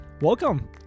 welcome